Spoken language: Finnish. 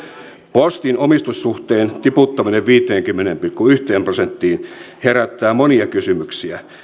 postin omistussuhteen tiputtaminen viiteenkymmeneen pilkku yhteen prosenttiin herättää monia kysymyksiä